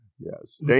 Yes